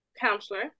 counselor